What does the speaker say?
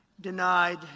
denied